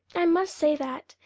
i must say that,